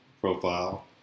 profile